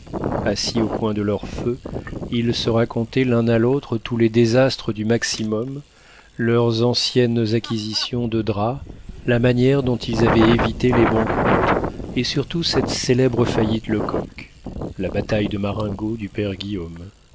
assis au coin de leur feu ils se racontaient l'un à l'autre tous les désastres du maximum leurs anciennes acquisitions de draps la manière dont ils avaient évité les banqueroutes et surtout cette célèbre faillite lecocq la bataille de marengo du père guillaume